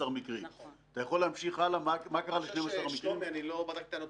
אורנה, מה שקורה בדיון עכשיו,